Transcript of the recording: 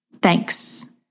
Thanks